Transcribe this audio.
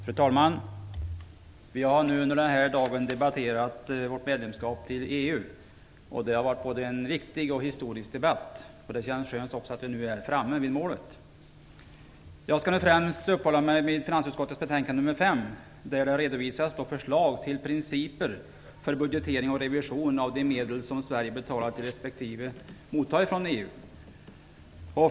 Fru talman! Vi har under denna dag debatterat vårt medlemskap i EU, och det har varit en både viktig och historisk debatt. Det känns skönt att vi nu är framme vid målet. Jag skall främst uppehålla mig vid finansutskottets betänkande nr 5, där det redovisas förslag till principer för budgetering och revision av de medel som Sverige betalar till respektive mottar från EU.